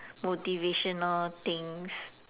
motivational things